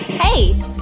Hey